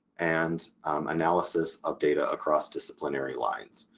and analysis of data across disciplinary lines.